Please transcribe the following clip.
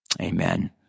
Amen